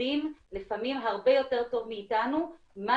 הם יודעים לפעמים הרבה יותר טוב מאתנו מה